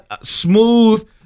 smooth